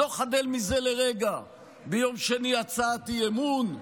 לא חדל מזה לרגע: ביום שני, הצעת אי-אמון,